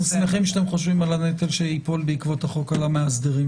אנחנו שמחים שאתם חושבים על הנטל שייפול בעקבות החוק על המאסדר.